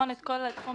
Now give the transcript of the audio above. הערתי את זה בפעם